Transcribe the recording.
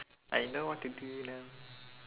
I know what to do now